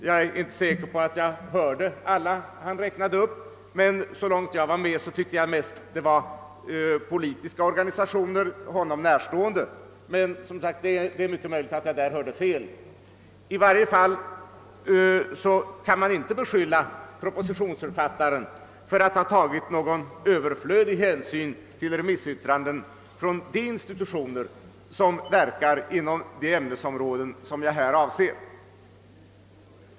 Jag är inte säker på att jag hörde alla han räknade upp, men så långt jag kunde följa med tyckte jag att det mest rörde sig om honom närstående politiska organisationer. I varje fal kan man inte beskylla propositionsförfattarna för att ha tagit någon överflödig hänsyn till remissyttranden från de institutioner som verkar inom de ämnesområden jag här avser.